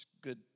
good